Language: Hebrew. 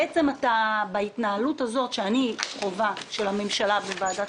בעצם בהתנהלות הזאת שאני חווה של הממשלה בוועדת